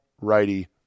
righty